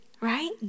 right